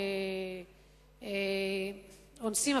אונסים,